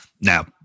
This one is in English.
Now